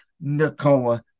Nicola